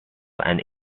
and